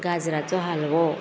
गाजराचो हालवो